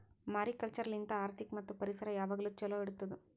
mariculture ಲಿಂತ್ ಆರ್ಥಿಕ ಮತ್ತ್ ಪರಿಸರ ಯಾವಾಗ್ಲೂ ಛಲೋ ಇಡತ್ತುದ್